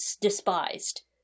despised